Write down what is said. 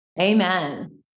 Amen